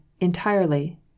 entirely